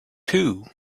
too